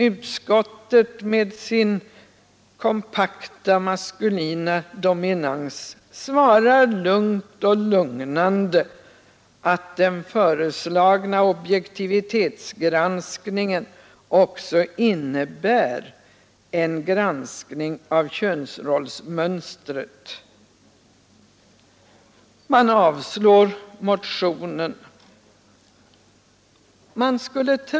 Utskottet med sin kompakta maskulina dominans svarar lugnt och lugnande att den föreslagna objektivitetsgranskningen också innebär en granskning av könsrollsmönstret och avstyrker motionen.